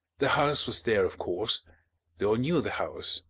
the house was there, of course they all knew the house,